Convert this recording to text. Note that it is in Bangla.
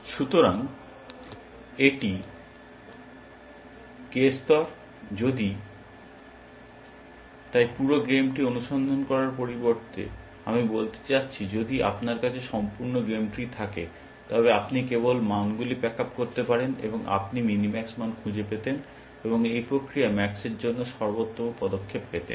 সুতরাং এটি k স্তর যদি তাই পুরো গেম ট্রি অনুসন্ধান করার পরিবর্তে আমি বলতে চাচ্ছি যদি আপনার কাছে সম্পূর্ণ গেম ট্রি থাকে তবে আপনি কেবল মানগুলি প্যাক আপ করতে পারতেন এবং আপনি মিনিম্যাক্স মান খুঁজে পেতেন এবং এই প্রক্রিয়ায় ম্যাক্সের জন্য সর্বোত্তম পদক্ষেপ পেতেন